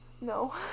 No